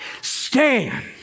stand